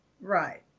Right